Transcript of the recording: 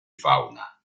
fauna